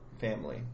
family